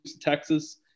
Texas